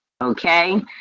Okay